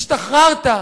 השתחררת,